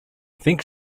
think